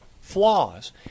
flaws